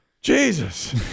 Jesus